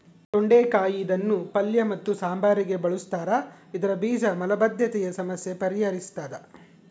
ತೊಂಡೆಕಾಯಿ ಇದನ್ನು ಪಲ್ಯ ಮತ್ತು ಸಾಂಬಾರಿಗೆ ಬಳುಸ್ತಾರ ಇದರ ಬೀಜ ಮಲಬದ್ಧತೆಯ ಸಮಸ್ಯೆ ಪರಿಹರಿಸ್ತಾದ